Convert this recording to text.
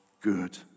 good